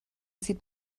sieht